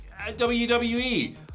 WWE